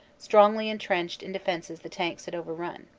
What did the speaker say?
strongly entrenched in defenses the tanks had overrun.